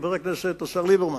חבר הכנסת השר ליברמן,